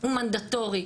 הוא מנדטורי,